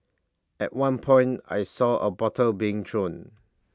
at one point I saw A bottle being thrown